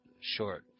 short